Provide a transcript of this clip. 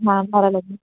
हा ॿारहं लॻे